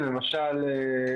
אל מול הביקושים מצד העובדים,